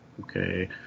Okay